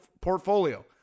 portfolio